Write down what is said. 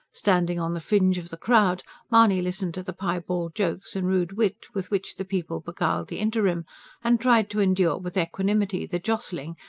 standing on the fringe of the crowd, mahony listened to the piebald jokes and rude wit with which the people beguiled the interim and tried to endure with equanimity the jostling,